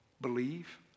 believe